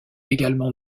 également